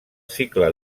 cicle